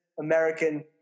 American